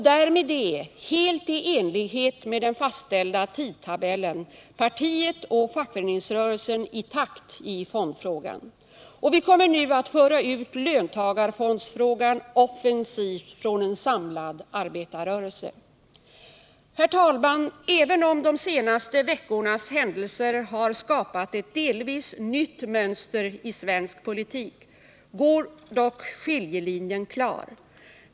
Därmed är — helt i enlighet med den fastställda tidtabellen — partiet och fackföreningsrörelsen i takt i fondfrågan. Vi kommer nu att föra ut löntagarfondsfrågan offensivt från en samlad arbetarrörelse. Herr talman! Även om de senaste veckornas händelser har skapat ett delvis nytt mönster i svensk politik går dock skiljelinjen klar.